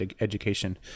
education